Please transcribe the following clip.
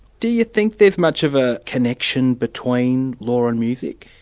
do you think there's much of a connection between law and music?